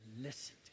listen